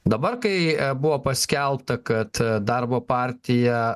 dabar kai buvo paskelbta kad darbo partiją